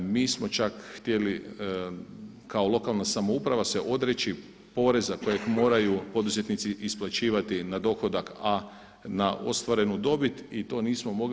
Mi smo čak htjeli kao lokalna samouprava se odreći poreza kojeg moraju poduzetnici isplaćivati na dohodak, a na ostvarenu dobit i to nismo mogli.